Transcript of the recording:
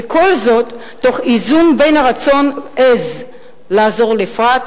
וכל זאת תוך איזון בין הרצון העז לעזור לפרט